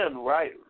right